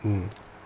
mm